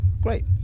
Great